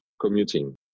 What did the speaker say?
commuting